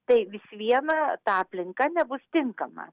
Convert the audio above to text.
tai vis viena ta aplinka nebus tinkama